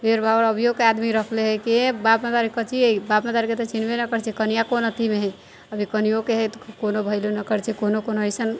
अभियोके आदमी रखले है की ई बाप मतारी कोची है बाप मतारी के तऽ चिन्हबे नहि करै छै कनिआँ कोन अथीमे है अभी कनिओके है तऽ कोनो वैल्यू नहि करै छै कोनो कोनो अइसन